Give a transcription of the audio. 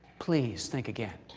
please think again.